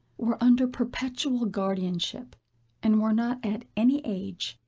were under perpetual guardianship and were not at any age,